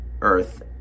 earth